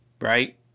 right